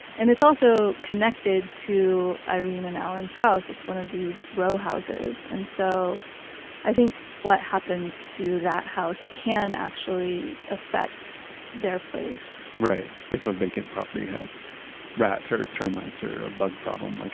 and it's also connected to irene and alan's house. it's one of these row houses. and so i think what happens to that house can actually affect their place if a vacant property has rats or termites or a bug problem, like